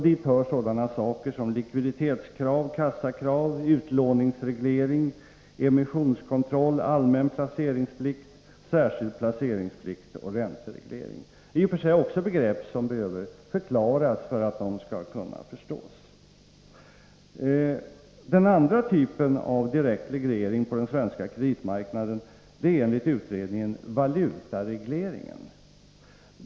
Dit hör likviditetskrav, kassakrav, utlåningsreglering, emissionskontroll, allmän placeringsplikt, särskild placeringsplikt och räntereglering. Det är i och för sig också begrepp som behöver förklaras för att kunna förstås. Den andra typen av direkt reglering på den svenska kreditmarknaden är enligt utredningen valutaregleringen.